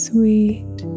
Sweet